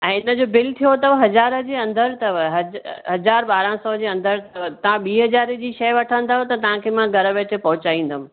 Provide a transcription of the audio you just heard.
ऐं हिनजो बिलि थियो थव हज़ार जे अंदिर थव हज़ा हज़ार बारा सौ जे अंदिर थव तां ॿीं हज़ारे जी शय वठंदव तांखे मां घरु वेठे पहोंचायदमि